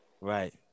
right